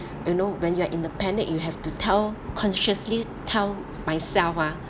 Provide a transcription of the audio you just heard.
you know when you're in the panic you have to tell consciously tell myself ah